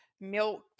milk